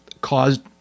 caused